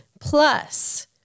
Plus